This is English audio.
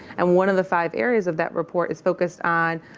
and one of the five areas of that report is focused on